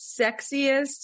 sexiest